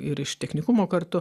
ir iš technikumo kartu